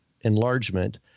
enlargement